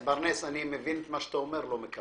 אני מבין את מה שאתה אומר, אני לא מקבל.